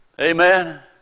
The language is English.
Amen